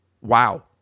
Wow